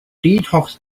detox